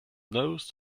nose